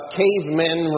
cavemen